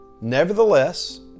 Nevertheless